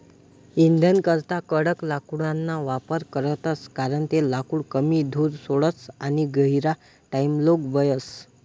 इंधनकरता कडक लाकूडना वापर करतस कारण ते लाकूड कमी धूर सोडस आणि गहिरा टाइमलोग बयस